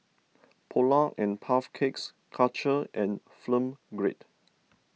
Polar and Puff Cakes Karcher and Film Grade